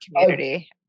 community